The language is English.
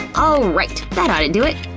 alrighty, that oughta do it.